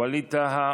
ווליד טאהא,